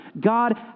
God